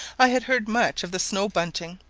i had heard much of the snow-bunting,